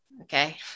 Okay